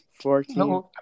fourteen